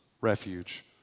refuge